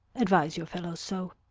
advise your fellows so.